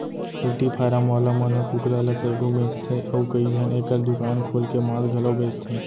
poultry farm वाला मन ह कुकरा ल सइघो बेचथें अउ कइझन एकर दुकान खोल के मांस घलौ बेचथें